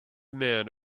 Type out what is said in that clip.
man